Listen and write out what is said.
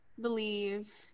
believe